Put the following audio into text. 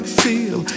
feel